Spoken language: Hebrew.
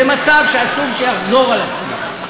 זה מצב שאסור שיחזור על עצמו.